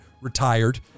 retired